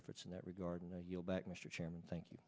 efforts in that regard and your back mr chairman thank you